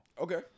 Okay